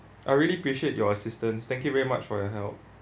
I really appreciate your assistance thank you very much for your help